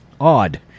Odd